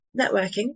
networking